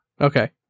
Okay